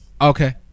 okay